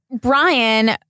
Brian